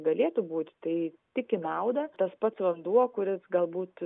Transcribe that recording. galėtų būti tai tik į naudą tas pats vanduo kuris galbūt